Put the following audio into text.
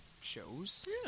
shows